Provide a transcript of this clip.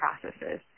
processes